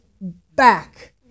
back